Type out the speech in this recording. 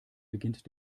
beginnt